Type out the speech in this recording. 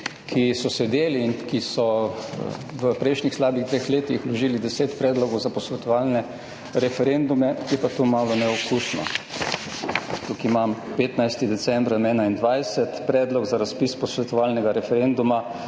ki so sedeli in ki so v prejšnjih slabih dveh letih vložili deset predlogov za posvetovalne referendume, je pa to malo neokusno. Tukaj imam 15. december 2021 Predlog za razpis posvetovalnega referenduma